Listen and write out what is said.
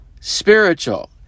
spiritual